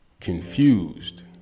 confused